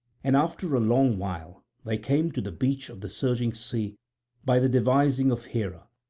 and after a long while they came to the beach of the surging sea by the devising of hera,